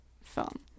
film